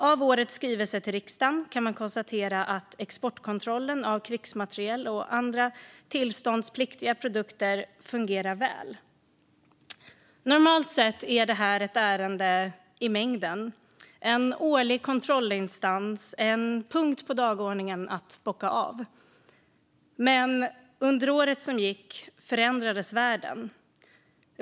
Av årets skrivelse till riksdagen kan man konstatera att exportkontrollen av krigsmateriel och andra tillståndspliktiga produkter fungerar väl. Normalt sett är detta ett ärende i mängden, en årlig kontrollinstans, en punkt på dagordningen att bocka av. Men under året som gick förändrades världen.